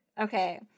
Okay